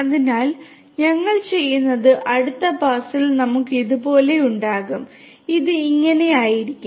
അതിനാൽ ഞങ്ങൾ ചെയ്യുന്നത് അടുത്ത പാസിൽ നമുക്ക് ഇതുപോലെ ഉണ്ടാകും ഇത് ഇങ്ങനെയായിരിക്കും